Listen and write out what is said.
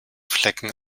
flecken